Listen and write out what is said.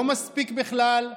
לא מספיק בכלל.